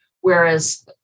whereas